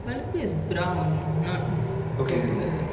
கழுத்து:kaluthu is brown not purple